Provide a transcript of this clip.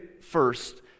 first